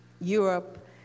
Europe